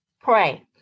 pray